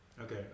Okay